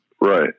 Right